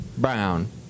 Brown